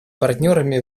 партнерами